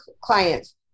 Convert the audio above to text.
clients